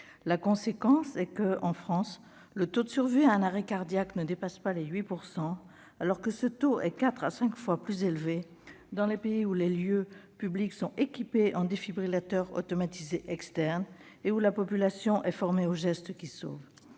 La conséquence en est que, en France, le taux de survie à un arrêt cardiaque ne dépasse pas les 8 %, alors qu'il est de quatre à cinq fois plus élevé dans les pays où les lieux publics sont équipés en défibrillateurs automatisés externes et où la population est formée aux gestes qui sauvent.